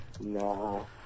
No